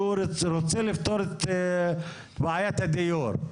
שהוא רוצה לפתור את בעיית הדיור,